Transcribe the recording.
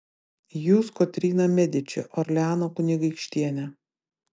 jūs kotryna mediči orleano kunigaikštienė